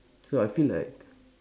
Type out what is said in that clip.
so I feel like